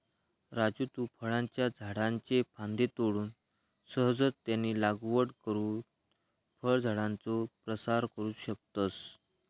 राजू तु फळांच्या झाडाच्ये फांद्ये तोडून सहजच त्यांची लागवड करुन फळझाडांचो प्रसार करू शकतस